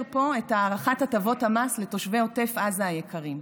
פה את הארכת הטבות המס לתושבי עוטף עזה היקרים,